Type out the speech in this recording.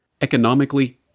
Economically